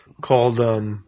called –